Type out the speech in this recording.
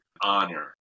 honor